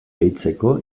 gehitzeko